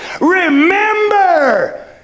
Remember